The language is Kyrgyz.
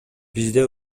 бизде